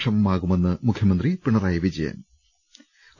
ക്ഷമമാകുമെന്ന് മുഖ്യമന്ത്രി പിണറായി വിജയൻ ്റ്